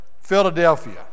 Philadelphia